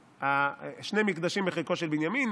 שני מקדשים בחלקו של בנימין,